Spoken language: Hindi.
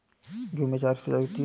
गेहूं में चार सिचाई होती हैं